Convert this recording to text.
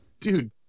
dude